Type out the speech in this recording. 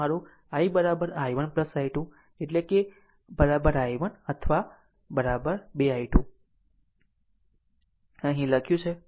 તમારું i i1 i2 એટલે કે i1 અથવા 2 i2આ અહીં લખ્યું છે